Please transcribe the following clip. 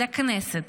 לכנסת,